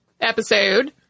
episode